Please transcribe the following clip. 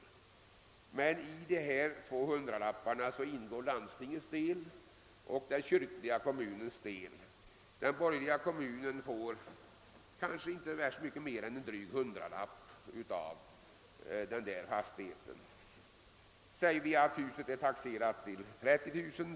Men i dessa två hundralappar ingår landstingets och den kyrkliga kommunens del, och den borgerliga kommunen får kanske inte mycket mer än en hundralapp. Vi kan vidare ta det exemplet att fritidshuset är taxerat till 30 000 kronor.